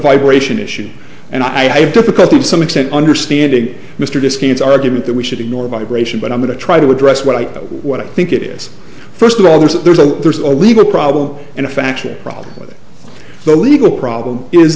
vibration issue and i have difficulty to some extent understanding mr diskin its argument that we should ignore vibration but i'm going to try to address what i know what i think it is first of all there's a there's a there's a legal problem and a factual problem with it the legal problem is